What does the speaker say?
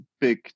big